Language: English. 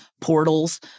portals